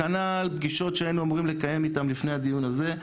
כנ"ל פגישות שהיינו אמורים לקיים איתם לפני הדיון הזה,